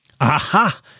Aha